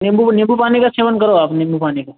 नीम्बू नीम्बू पानी का सेवन करो आप नीम्बू पानी का